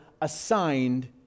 assigned